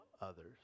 others